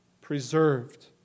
preserved